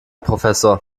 professor